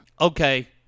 okay